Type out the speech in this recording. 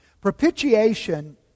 Propitiation